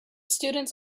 students